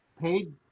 paid